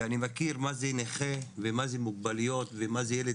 ואני מכיר מה זה נכה ומה זה מוגבלויות ומה זה ילד